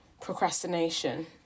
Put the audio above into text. Procrastination